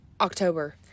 October